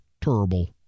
terrible